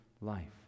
life